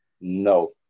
No